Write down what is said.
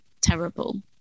terrible